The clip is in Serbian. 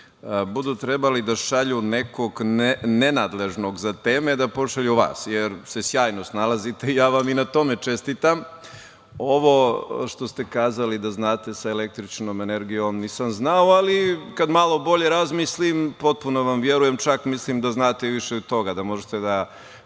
budu trebali da šalju nekog nenadležnog za teme da pošalju vas, jer se sjajno snalazite i ja vam i na tome čestitam. Ovo što ste kazali da znate sa električnom energijom nisam znao, ali kada malo boljem razmislim potpuno vam verujem, čak mislim da znate i više od toga, da možete kad